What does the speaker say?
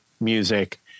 music